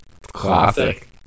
Classic